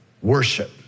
Worship